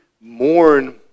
mourn